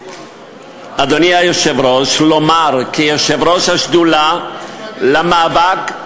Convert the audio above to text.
אדוני היושב-ראש, לומר כיושב-ראש השדולה למאבק,